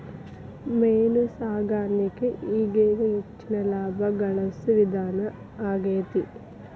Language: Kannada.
ಮೇನು ಸಾಕಾಣಿಕೆ ಈಗೇಗ ಹೆಚ್ಚಿನ ಲಾಭಾ ಗಳಸು ವಿಧಾನಾ ಆಗೆತಿ